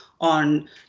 on